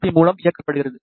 B மூலம் இயக்கப்படுகிறது